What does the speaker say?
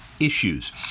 issues